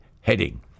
heading